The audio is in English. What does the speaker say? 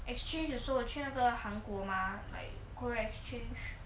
exchange 的时候我去那个韩国吗 like core exchange